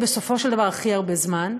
בסופו של דבר הכי הרבה זמן.